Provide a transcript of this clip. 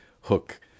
hook